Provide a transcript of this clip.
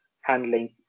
handling